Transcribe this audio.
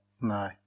No